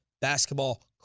Basketball